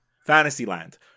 Fantasyland